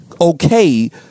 okay